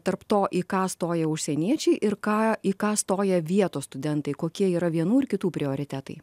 tarp to į ką stoja užsieniečiai ir ką į ką stoja vietos studentai kokie yra vienų ir kitų prioritetai